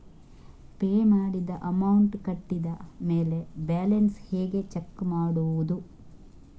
Pay ಮಾಡಿದ amount ಕಟ್ಟಿದ ಮೇಲೆ ಬ್ಯಾಲೆನ್ಸ್ ಹೇಗೆ ಚೆಕ್ ಮಾಡುವುದು?